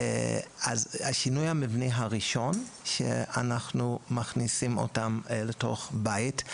אז השינוי המבני הראשון הוא שאנחנו מכניסים אותם לתוך בית,